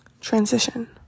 transition